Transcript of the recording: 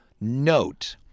note